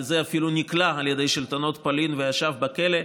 על זה הוא אפילו נכלא על ידי שלטונות פולין וישב בכלא.